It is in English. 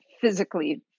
physically